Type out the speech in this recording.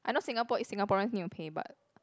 I know Singapore is Singaporeans need to pay but